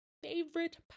Favorite